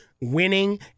winning